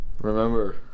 Remember